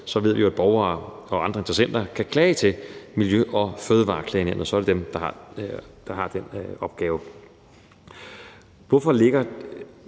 så ved vi jo, at borgere og andre interessenter kan klage til Miljø- og Fødevareklagenævnet, og så er det dem, der har den opgave. Hvorfor ligger